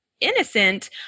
innocent